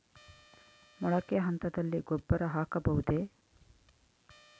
ಮೊಳಕೆ ಹಂತದಲ್ಲಿ ಗೊಬ್ಬರ ಹಾಕಬಹುದೇ?